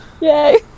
yay